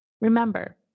Remember